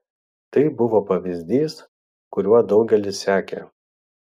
tai buvo pavyzdys kuriuo daugelis sekė